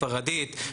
ספרדית,